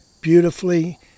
beautifully